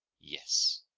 yes.